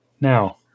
Now